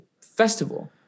festival